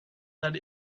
that